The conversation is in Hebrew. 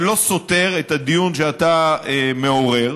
זה לא סותר את הדיון שאתה מעורר,